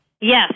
Yes